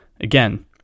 Again